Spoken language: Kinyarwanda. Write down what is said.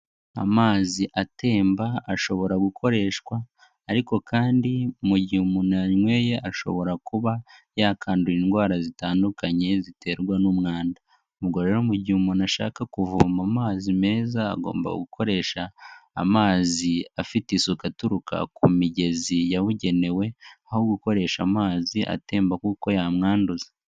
Amazi atemba ashobora gukoreshwa, ariko kandi mu gihe umuntu ayanyweye ashobora kuba yakwanduye indwara zitandukanye ziterwa n'umwanda. Ubwo rero mu gihe umuntu ashaka kuvoma amazi meza, agomba gukoresha amazi afite isuku aturuka ku migezi yabugenewe, aho gukoresha amazi atemba kuko yamwanduza